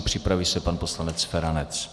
Připraví se pan poslanec Feranec.